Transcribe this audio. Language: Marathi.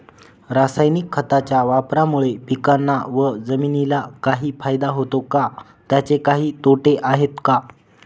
रासायनिक खताच्या वापरामुळे पिकांना व जमिनीला काही फायदा होतो का? त्याचे काही तोटे आहेत का?